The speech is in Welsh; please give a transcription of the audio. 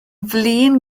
flin